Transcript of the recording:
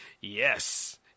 yes